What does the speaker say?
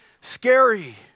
scary